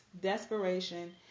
desperation